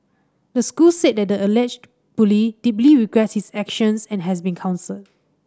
the school said the alleged bully deeply regrets his actions and has been counselled